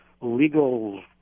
legal